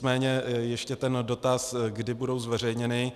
Nicméně ještě ten dotaz, kdy budou zveřejněny.